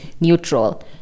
neutral